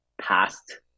past